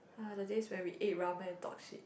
uh the days when we ate ramen and talk shit